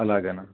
అలాగేనా